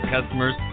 customers